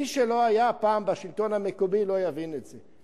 מי שלא היה פעם בשלטון המקומי, לא יבין את זה.